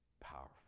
powerful